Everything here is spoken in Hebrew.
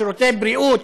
שירותי בריאות,